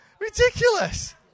Ridiculous